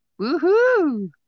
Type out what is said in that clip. Woohoo